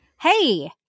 Hey